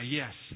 yes